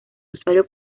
usuario